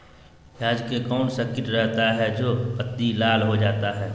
प्याज में कौन सा किट रहता है? जो पत्ती लाल हो जाता हैं